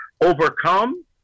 overcome